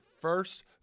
first